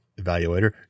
evaluator